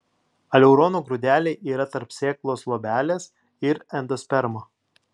aleurono grūdeliai yra tarp sėklos luobelės ir endospermo